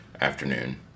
afternoon